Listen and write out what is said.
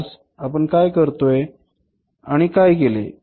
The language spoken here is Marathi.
आज आपण काय करतोय आणि काय केले